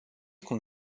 cum